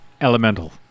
Elemental